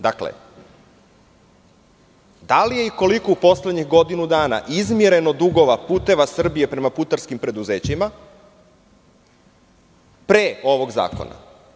Da li je i koliko u poslednjih godinu dana izmireno dugova "Puteva Srbije" prema putarskim preduzećima pre ovog zakona?